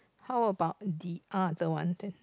how about the other one there